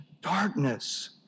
darkness